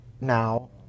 now